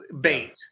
bait